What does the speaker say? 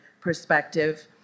perspective